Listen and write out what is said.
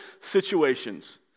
situations